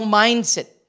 mindset